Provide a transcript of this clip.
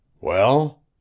Well